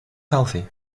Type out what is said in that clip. healthy